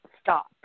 stop